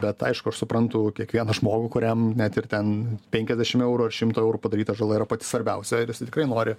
bet aišku aš suprantu kiekvieną žmogų kuriam net ir ten penkiasdešim eurų ar šimto eurų padaryta žala yra pati svarbiausia ir jisai tikrai nori